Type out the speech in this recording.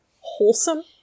wholesome